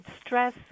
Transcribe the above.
stress